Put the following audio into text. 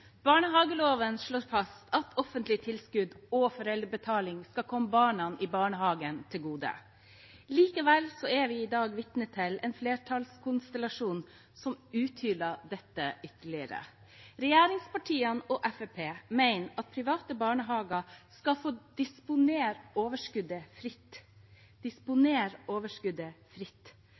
Barnehageloven slår fast at offentlig tilskudd og foreldrebetaling skal komme barna i barnehagen til gode. Likevel er vi i dag vitne til en flertallskonstellasjon som uthuler dette ytterligere. Regjeringspartiene og Fremskrittspartiet mener at private barnehager skal få disponere overskuddet fritt – disponere overskuddet fritt.